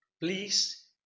Please